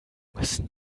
müssen